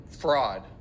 fraud